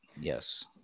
Yes